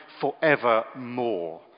forevermore